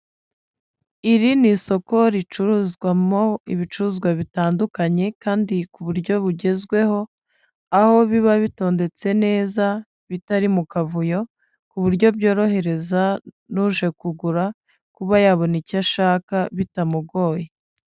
Iri ni isoko ricuruzwamo ibicuruzwa bitandukanye kandi ku buryo bugezweho, aho biba bitondetse neza, bitari mu kavuyo, ku buryo byorohereza n'uje kugura kuba yabona icyo ashaka bitamugoye.